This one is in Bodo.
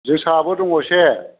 जोसाआबो दङ एसे